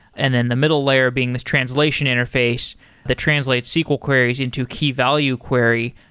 and then the middle layer being this translation interface that translates sql queries into key value query,